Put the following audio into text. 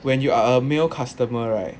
when you are a male customer right